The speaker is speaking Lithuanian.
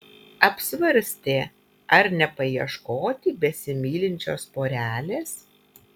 apsvarstė ar nepaieškoti besimylinčios porelės